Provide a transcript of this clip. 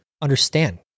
understand